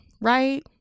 Right